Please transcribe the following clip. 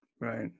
Right